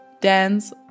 dance